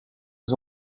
aux